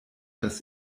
das